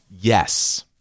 Yes